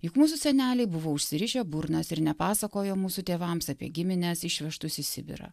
juk mūsų seneliai buvo užsirišę burnas ir nepasakojo mūsų tėvams apie gimines išvežtus į sibirą